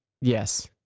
yes